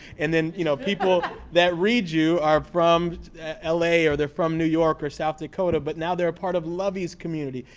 and then, you know, people that read you are from l a, or they're from new york, or south dakota. but now, they're a part of luvvie's community.